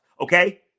okay